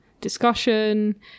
discussion